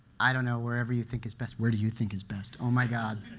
i don't know, wherever you think is best? where do you think is best? oh, my god.